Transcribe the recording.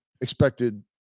expected